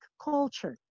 culture